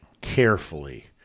carefully